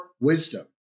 wisdom